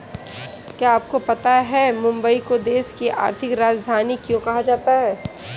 क्या आपको पता है मुंबई को देश की आर्थिक राजधानी क्यों कहा जाता है?